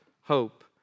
hope